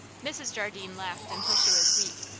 mrs. jardine laughed until she was weak.